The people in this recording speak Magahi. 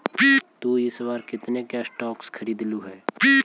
तु इस बार कितने के स्टॉक्स खरीदलु हे